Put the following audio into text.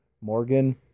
Morgan